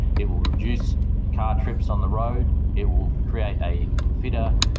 it will reduce car trips on the road it will create a fitter,